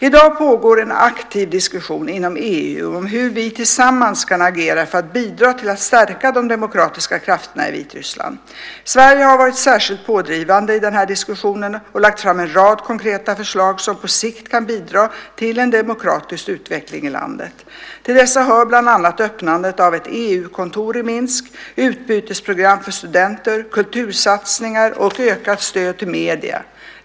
I dag pågår en aktiv diskussion inom EU om hur vi tillsammans kan agera för att bidra till att stärka de demokratiska krafterna i Vitryssland. Sverige har varit särskilt pådrivande i denna diskussion och lagt fram en rad konkreta förslag som på sikt kan bidra till en demokratisk utveckling i landet. Till dessa hör bland annat öppnandet av ett EU-kontor i Minsk, utbytesprogram för studenter, kultursatsningar och ökat stöd till medierna.